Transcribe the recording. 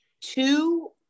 two